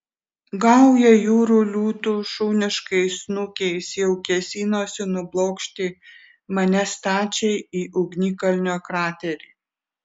gauja jūrų liūtų šuniškais snukiais jau kėsinosi nublokšti mane stačiai į ugnikalnio kraterį